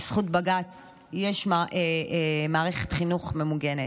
בזכות בג"ץ יש מערכת חינוך ממוגנת.